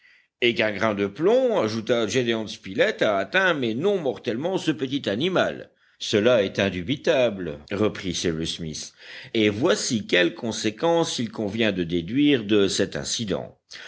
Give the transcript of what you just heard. et qu'un grain de plomb ajouta gédéon spilett a atteint mais non mortellement ce petit animal cela est indubitable reprit cyrus smith et voici quelles conséquences il convient de déduire de cet incident